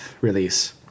release